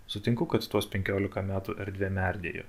sutinku kad tuos penkiolika metų erdvė merdėjo